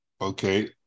okay